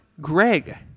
Greg